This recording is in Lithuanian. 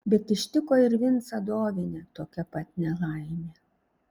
bet ištiko ir vincą dovinę tokia pat nelaimė